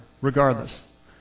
regardless